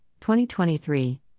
2023